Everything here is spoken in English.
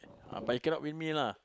but you cannot win me lah